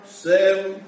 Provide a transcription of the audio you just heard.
seven